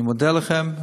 אני מודה לכם.